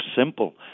simple